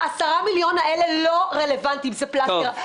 ה-10 מיליון שקל האלה לא רלוונטיים, זה פלסטר.